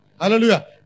Hallelujah